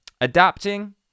Adapting